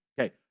Okay